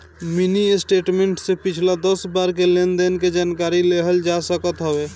mini statement से पिछला दस बार के लेनदेन के जानकारी लेहल जा सकत हवे